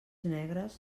negres